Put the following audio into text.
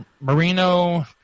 Marino